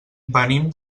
venim